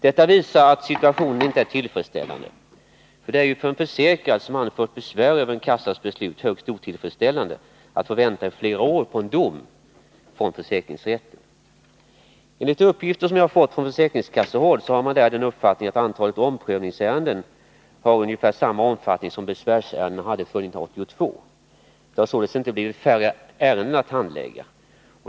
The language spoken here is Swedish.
Detta visar att situationen inte är tillfredsställande. För en försäkrad, som har anfört besvär över en kassas beslut, är det ju högst otillfredsställande att få vänta i flera år på en dom från försäkringsrätten. Enligt uppgifter som jag har fått från försäkringskassehåll har man där den uppfattningen att antalet omprövningsärenden har ungefär samma omfattning som besvärsärendena hade före 1982. Det har således inte blivit färre ärenden att handlägga.